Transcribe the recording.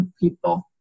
people